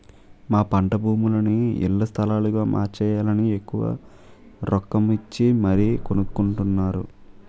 మా పంటభూములని ఇళ్ల స్థలాలుగా మార్చేయాలని ఎక్కువ రొక్కమిచ్చి మరీ కొనుక్కొంటున్నారు